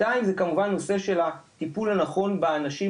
שתיים זה כמובן נושא של הטיפול הנכון באנשים,